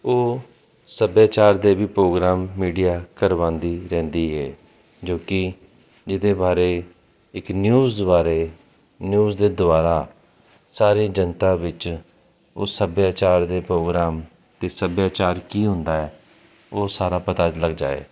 ਉਹ ਸੱਭਿਆਚਾਰ ਦੇ ਵੀ ਪ੍ਰੋਗਰਾਮ ਮੀਡੀਆ ਕਰਵਾਉਂਦੀ ਰਹਿੰਦੀ ਹੈ ਜੋ ਕਿ ਜਿਹਦੇ ਬਾਰੇ ਇੱਕ ਨਿਊਜ਼ ਬਾਰੇ ਨਿਊਜ਼ ਦੇ ਦੁਆਰਾ ਸਾਰੇ ਜਨਤਾ ਵਿੱਚ ਉਹ ਸੱਭਿਆਚਾਰ ਦੇ ਪ੍ਰੋਗਰਾਮ ਅਤੇ ਸੱਭਿਆਚਾਰ ਕੀ ਹੁੰਦਾ ਹੈ ਉਹ ਸਾਰਾ ਪਤਾ ਲੱਗ ਜਾਵੇ